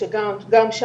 אתם מבינים